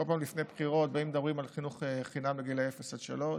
בכל פעם לפני בחירות מדברים על חינוך חינם מגיל אפס עד גיל שלוש.